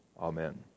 amen